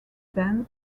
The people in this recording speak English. then